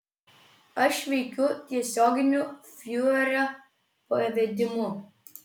aš veikiu tiesioginiu fiurerio pavedimu